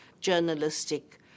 journalistic